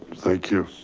thank you,